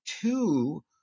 two